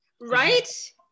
Right